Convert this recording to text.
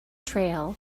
trail